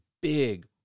big